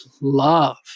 love